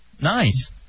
Nice